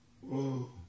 whoa